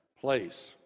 place